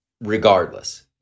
regardless